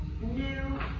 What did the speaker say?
new